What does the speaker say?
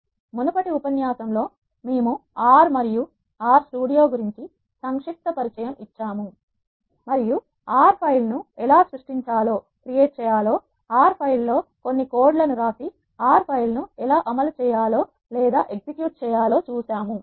మునుపటి ఉపన్యాసంలో లో మేము ఆర్ R మరియు ఆర్ R స్టూడియో గురించి సంక్షిప్త పరిచయం ఇచ్చాము మరియు ఆర్ R ఫైలును ఎలా సృష్టించాలో ఆర్ R ఫైల్ లో కొన్ని కోడ్ లను వ్రాసి ఆర్ ఫైల్ ను ఎలా అమలు చేయాలో చూసాము